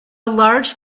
large